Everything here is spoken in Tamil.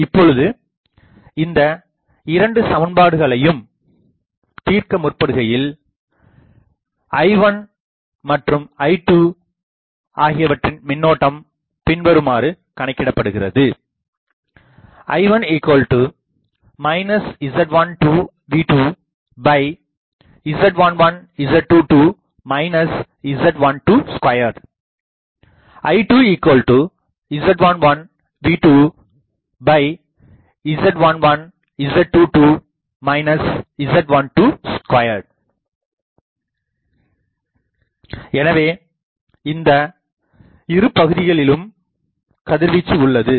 இப்பொழுது இந்த இரண்டு சமன்பாடுகளை தீர்க்க முற்படுகையில் I1மற்றும் I2 ஆகியவற்றின் மின்னோட்டம் பின்வருமாறு எழுதலாம் I1 Z12 V2Z11 Z22 Z122 I2 Z11V2Z11 Z22 Z122 எனவே இந்த இரு பகுதிகளிலும் கதிர்வீச்சு உள்ளது